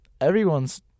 everyone's